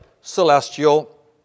celestial